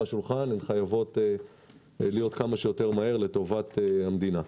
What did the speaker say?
השולחן הן חייבות להיות מטופלות כמה שיותר מהר לטובת המדינה.